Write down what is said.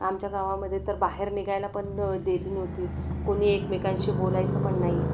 आमच्या गावामध्ये तर बाहेर निघायला पण डेरिंग नव्हती कुणी एकमेकांशी बोलायचं पण नाही